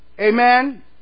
Amen